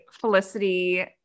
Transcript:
Felicity